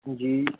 ਜੀ